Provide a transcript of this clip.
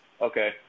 Okay